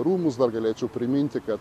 rūmus dar galėčiau priminti kad